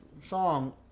song